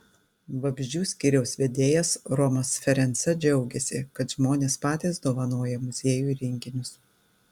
vabzdžių skyriaus vedėjas romas ferenca džiaugiasi kad žmonės patys dovanoja muziejui rinkinius